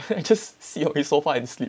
then I just sit on his sofa and sleep